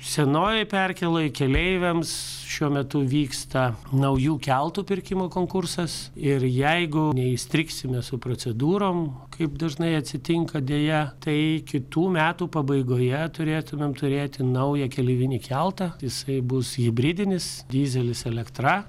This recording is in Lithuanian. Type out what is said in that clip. senojoj perkėloj keleiviams šiuo metu vyksta naujų keltų pirkimo konkursas ir jeigu neįstrigsime su procedūrom kaip dažnai atsitinka deja tai kitų metų pabaigoje turėtumėm turėti naują keleivinį keltą jisai bus hibridinis dyzelis elektra